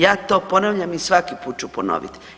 Ja to ponavljam i svaki put ću ponoviti.